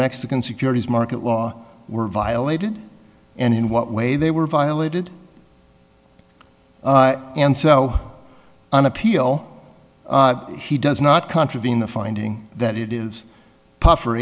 mexican securities market law were violated and in what way they were violated and so on appeal he does not contravene the finding that it is puffer